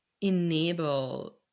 enable